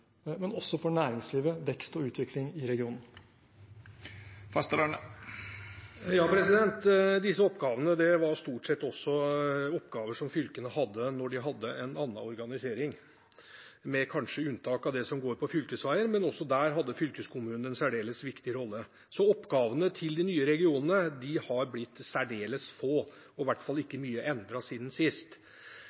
men også for næringslivet, vekst og utvikling i regionen. Disse oppgavene var stort sett oppgaver som fylkene også hadde da de hadde en annen organisering, kanskje med unntak av det som går på fylkesveier, men også der hadde fylkeskommunen en særdeles viktig rolle. Så oppgavene til de nye regionene har blitt særdeles få og i hvert fall ikke mye endret siden sist.